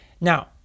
Now